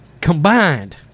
combined